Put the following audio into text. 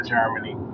Germany